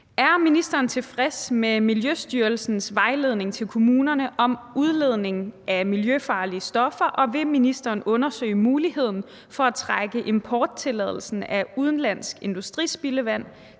Er ministeren tilfreds med Miljøstyrelsens vejledning til kommunerne om udledningen af miljøfarlige stoffer, og vil ministeren undersøge muligheden for at trække importtilladelsen af udenlandsk industrispildevand